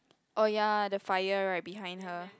oh ya the fire right behind her